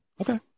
Okay